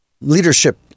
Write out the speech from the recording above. leadership